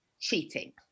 cheating